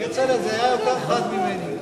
כצל'ה, זה היה יותר חד ממני.